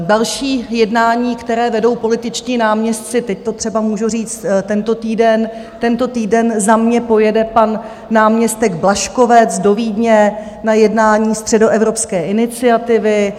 Další jednání, které vedou političtí náměstci, teď to třeba můžu říct tento týden, tento týden za mě pojede pan náměstek Blažkovec do Vídně na jednání Středoevropské iniciativy.